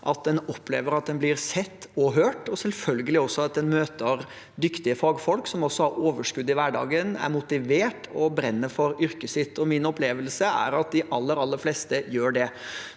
at en opplever at en blir sett og hørt, og selvfølgelig også at en møter dyktige fagfolk som har overskudd i hverdagen, er motivert og brenner for yrket sitt. Min opplevelse er at de aller, aller fleste gjør det.